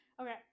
Okay